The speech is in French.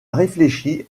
réfléchi